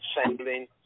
assembling